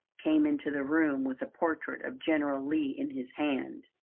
came into the room with a portrait of general lee in his hand.